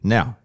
Now